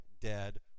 dead